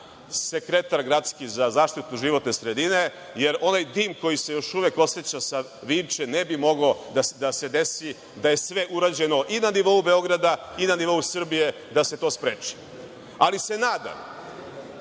sekretar za zaštitu životne sredine, jer onaj dim koji se još uvek oseća sa Vinče ne bi mogao da se desi da je sve urađeno i na nivou Beograda i na nivou Srbije da se to spreči. Nadam